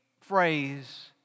phrase